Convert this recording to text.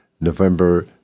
November